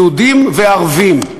יהודים וערבים.